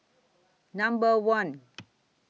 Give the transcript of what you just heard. Number one